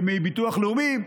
מהביטוח הלאומי,